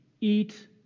eat